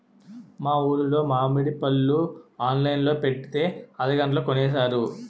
మా ఊరులో మావిడి పళ్ళు ఆన్లైన్ లో పెట్టితే అరగంటలో కొనేశారు